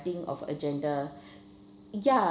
~ting of agenda ya